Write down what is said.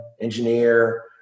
engineer